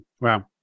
Wow